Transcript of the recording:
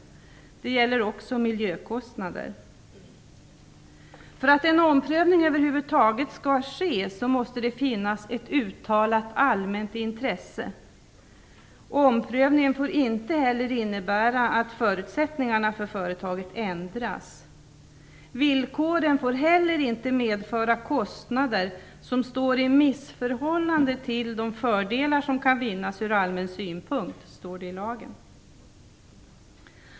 Det gäller också miljökostnader. För att en omprövning över huvud taget skall ske, måste det finnas ett uttalat allmänt intresse. Omprövningen får inte heller innebära att förutsättningarna för företaget ändras. Villkoren får heller inte medföra kostnader som står i missförhållande till de fördelar som kan finnas ur allmän synpunkt. Så står det i lagen.